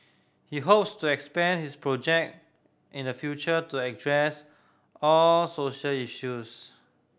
he hopes to expand his project in the future to address all social issues